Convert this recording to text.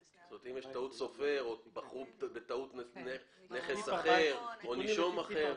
זאת אומרת אם יש טעות סופר או בטעות מדובר בנכס אחר או נישום אחר.